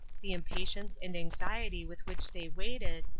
the impatience and anxiety with which they waited,